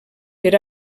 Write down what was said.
per